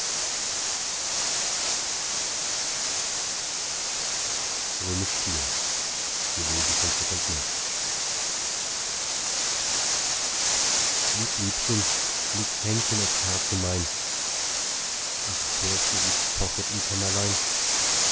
lieb liebchen leg's händchen aufs herze mein ach hörst du wie's pochet im kämmerlein